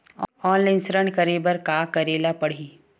Online ऋण करे बर का करे ल पड़हि?